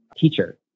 teacher